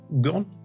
gone